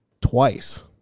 twice